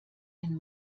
ein